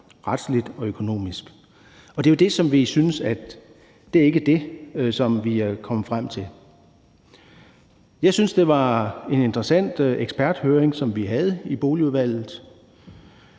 retligt og økonomisk. Og det er ikke det, som vi synes at man er nået frem til. Jeg synes, det var en interessant eksperthøring, som vi havde i Indenrigs-